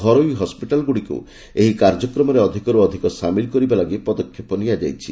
ଘରୋଇ ହସ୍କିଟାଲ୍ଗୁଡ଼ିକୁ ଏହି କାର୍ଯ୍ୟକ୍ରମରେ ଅଧିକର୍ ଅଧିକ ସାମିଲ୍ କରିବା ଲାଗି ପଦକ୍ଷେପ ନିଆଯାଇଛି